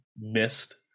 missed